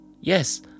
yes